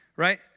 Right